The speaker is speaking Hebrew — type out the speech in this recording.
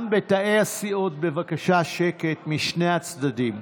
גם בתאי הסיעות בבקשה שקט, משני הצדדים.